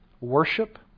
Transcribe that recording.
worship